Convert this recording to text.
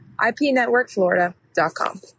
ipnetworkflorida.com